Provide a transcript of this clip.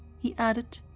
he added,